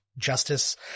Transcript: justice